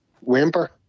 Whimper